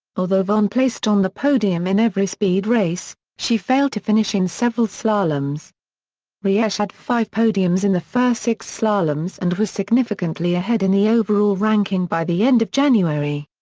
although vonn placed on the podium in every speed race, she failed to finish in several slaloms riesch had five podiums in the first six slaloms and was significantly ahead in the overall ranking by the end of january.